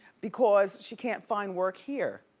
because she can't find work here.